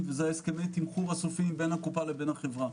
וזה הסכמי התמחור הסופיים בין הקופה לחברה.